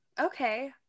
Okay